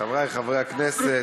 חברי חברי הכנסת,